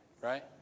right